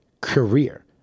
career